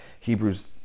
Hebrews